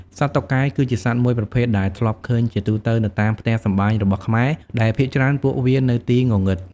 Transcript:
សត្វតុកែគឺជាសត្វមួយប្រភេទដែលធ្លាប់ឃើញជាទូទៅនៅតាមផ្ទះសម្បែងរបស់ខ្មែរដែលភាគច្រើនពួកវានៅទីងងឹត។